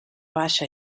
baixa